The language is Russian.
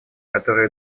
которые